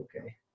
okay